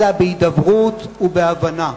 אלא בהידברות ובהבנה,